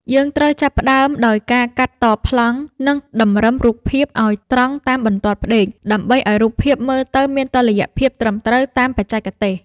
យើងត្រូវចាប់ផ្ដើមដោយការ កាត់តប្លង់ និងតម្រឹមរូបភាពឱ្យត្រង់តាមបន្ទាត់ផ្តេក ដើម្បីឱ្យរូបភាពមើលទៅមានតុល្យភាពត្រឹមត្រូវតាមបច្ចេកទេស។